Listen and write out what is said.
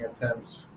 attempts